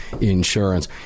insurance